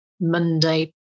Monday